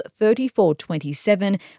34-27